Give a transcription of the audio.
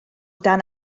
dan